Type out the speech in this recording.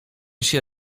się